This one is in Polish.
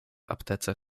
aptece